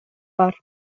бар